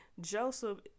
Joseph